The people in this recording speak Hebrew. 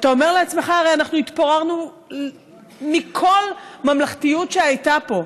אתה אומר לעצמך: הרי אנחנו התפוררנו מכל ממלכתיות שהייתה פה.